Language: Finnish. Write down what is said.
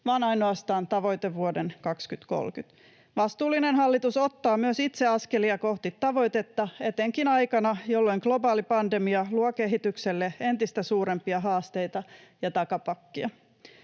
vaan ainoastaan vuoden 2030 tavoitteesta. Vastuullinen hallitus ottaa myös itse askelia kohti tavoitetta etenkin aikana, jolloin globaali pandemia luo kehitykselle entistä suurempia haasteita ja takapakkia.